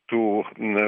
tų ne